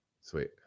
sweet